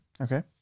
Okay